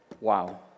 Wow